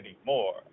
anymore